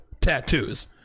tattoos